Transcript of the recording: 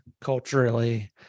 culturally